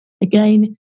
Again